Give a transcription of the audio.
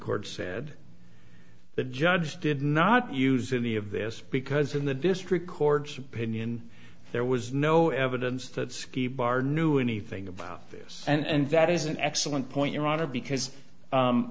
court said the judge did not use in the of this because in the district court's opinion there was no evidence that ski bar knew anything about this and that is an excellent point your honor because